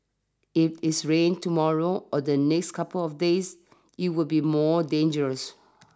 if it's rains tomorrow or the next couple of days it will be more dangerous